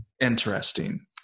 interesting